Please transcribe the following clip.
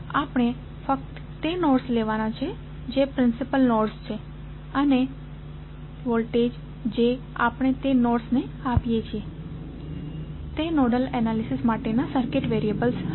આપણે ફક્ત તે નોડ્સ લેવાનો છે જે પ્રિન્સિપલ નોડ્સ છે અને વોલ્ટેજ કે જે આપણે તે નોડ્સને આપીએ છીએ તે નોડલ એનાલિસિસ માટેના સર્કિટ વેરિયેબલ્સ હશે